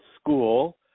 school